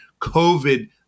COVID